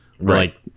Right